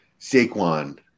Saquon